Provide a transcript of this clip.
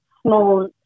small